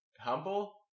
humble